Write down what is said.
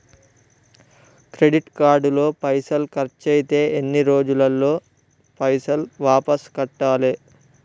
Credit card లో పైసల్ ఖర్చయితే ఎన్ని రోజులల్ల పైసల్ వాపస్ కట్టాలే?